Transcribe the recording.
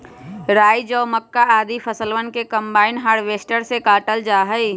राई, जौ, मक्का, आदि फसलवन के कम्बाइन हार्वेसटर से काटल जा हई